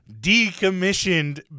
decommissioned